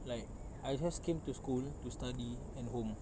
like I just came to school to study and home